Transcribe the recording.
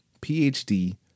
phd